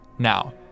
Now